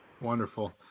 Wonderful